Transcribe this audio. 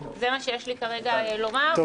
זה מה שיש לי כרגע לומר,